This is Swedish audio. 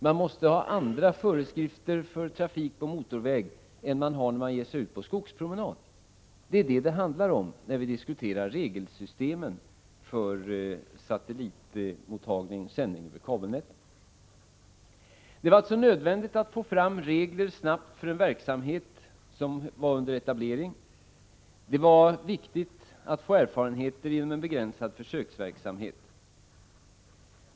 Man måste ha andra föreskrifter för trafik på motorvägar än man har när det gäller att ge sig ut på skogspromenad. Det är det som det handlar om när vi diskuterar regelsystemen för satellitmottagning och sändning över kabelnät. Det var alltså nödvändigt att snabbt få fram regler för en verksamhet som var under etablering. Det var viktigt att få erfarenheter genom en begränsad försöksverksamhet.